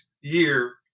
year